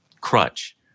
crutch